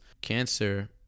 cancer